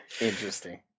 interesting